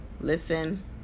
listen